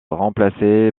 remplacée